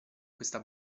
questa